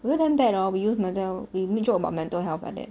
we all damn bad hor we use mental health we make joke about mental health like that